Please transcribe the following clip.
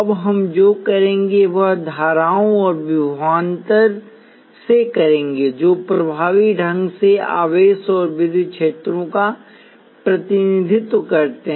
अब हम जो करेंगे वह धाराओं और विभवांतरसे करेंगे जो प्रभावी ढंग से आवेशऔर विद्युत क्षेत्रों का प्रतिनिधित्व करते हैं